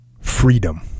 freedom